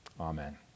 Amen